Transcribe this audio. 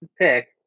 pick